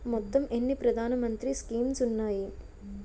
మొత్తం ఎన్ని ప్రధాన మంత్రి స్కీమ్స్ ఉన్నాయి?